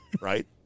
right